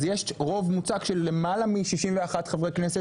אז יש רוב מוצק של למעלה מ- 61 חברי כנסת